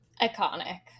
Iconic